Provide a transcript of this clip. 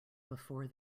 before